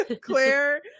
Claire